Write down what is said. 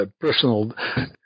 personal